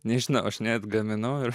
nežinau aš neatgaminau ir